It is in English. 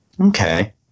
Okay